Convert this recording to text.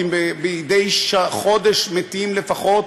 כי מדי חודש מתים לפחות